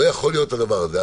לא יכול להיות הדבר הזה.